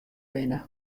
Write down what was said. binne